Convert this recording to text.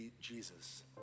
Jesus